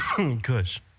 Kush